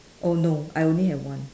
oh no I only have one